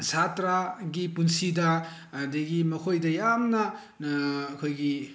ꯁꯥꯇ꯭ꯔꯒꯤ ꯄꯨꯟꯁꯤꯗ ꯑꯗꯨꯗꯒꯤ ꯃꯈꯣꯏꯗ ꯌꯥꯝꯅ ꯑꯩꯈꯣꯏꯒꯤ